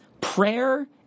prayer